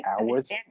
hours